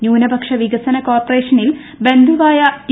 ന്യൂനപക്ഷ വികസന കോർപ്പറേഷനിൽ ബന്ധുവായ ടി